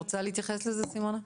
את רוצה להתייחס לזה במילה, סימונה?